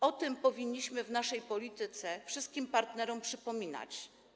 O tym powinniśmy w naszej polityce wszystkim partnerom przypominać.